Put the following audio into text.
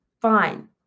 fine